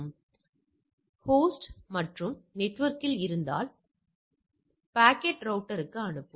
அதுவே ஹோஸ்ட் மற்ற நெட்வொர்க் இல் இருந்தால் பாக்கெட் ரௌட்டர்க்கு அனுப்பும்